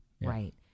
Right